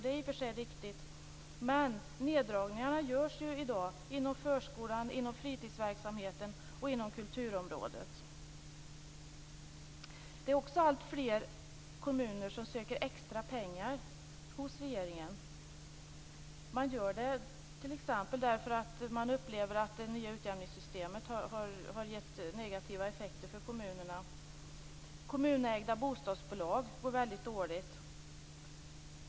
Det är i och för sig riktigt, men neddragningarna görs i dag inom förskolan, fritidsverksamheten och kulturområdet. Det är också alltfler kommuner som söker extra pengar hos regeringen. Man gör det t.ex. därför att man upplever att det nya utjämninssystemet har gett negativa effekter för kommunerna. Kommunägda bostadsbolag går väldigt dåligt.